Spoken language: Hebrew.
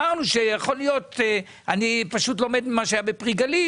אני לומד ממה שהיה ב"פרי גליל",